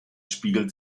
spiegelt